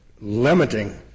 limiting